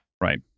right